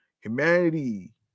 Humanity